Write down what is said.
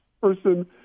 person